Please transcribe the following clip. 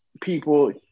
people